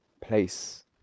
place